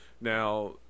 now